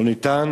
לא ניתן,